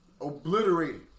obliterated